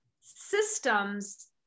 systems